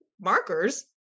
markers